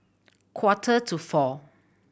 quarter to four